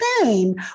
fame